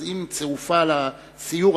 אז אם צירופה לסיור,